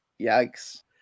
yikes